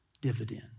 dividend